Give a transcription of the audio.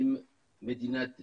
עם מדינת ישראל.